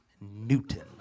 newton